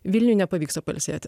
vilniuj nepavyksta pailsėti